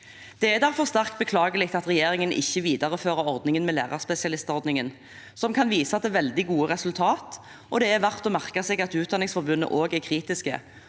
Det er derfor sterkt beklagelig at regjeringen ikke viderefører lærerspesialistordningen, som kan vise til veldig gode resultater, og det er verdt å merke seg at Utdanningsforbundet også er kritisk.